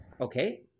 Okay